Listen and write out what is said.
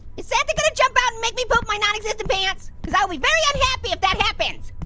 is santa gonna jump out and make me poop my nonexistent pants? cause i will be very unhappy if that happens.